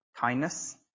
kindness